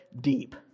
deep